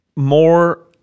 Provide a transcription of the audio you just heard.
More